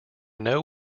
know